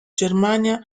germania